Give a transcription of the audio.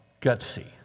gutsy